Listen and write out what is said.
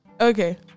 Okay